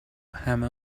همه